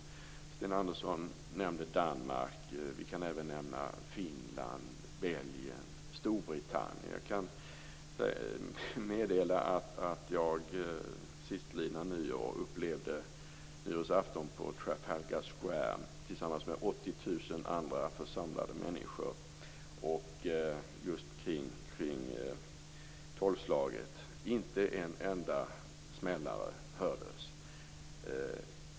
Sten Andersson nämnde Danmark, och vi kan även nämna Jag kan meddela att jag upplevde sistlidna nyårsafton på Trafalgar Square tillsammans med 80 000 andra församlade människor, och vid tolvslaget hördes inte en enda smällare.